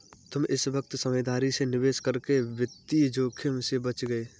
तुम इस वक्त समझदारी से निवेश करके वित्तीय जोखिम से बच गए